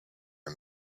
are